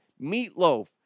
Meatloaf